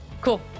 Cool